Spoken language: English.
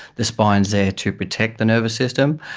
the spine is there to protect the nervous system,